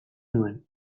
nuen